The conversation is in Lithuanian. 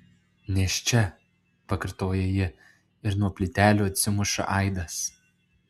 nėščia pakartoja ji ir nuo plytelių atsimuša aidas